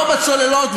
לא בצוללות,